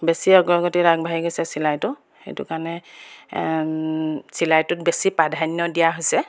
বেছি অগ্ৰগতিত আগবাঢ়ি গৈছে চিলাইটো সেইটো কাৰণে চিলাইটোত বেছি প্ৰাধান্য দিয়া হৈছে